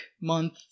month